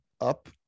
up